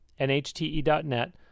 nhte.net